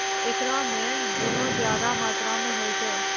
एकरा मे गुना ज्यादा मात्रा मे होय छै